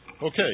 Okay